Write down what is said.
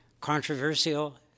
Controversial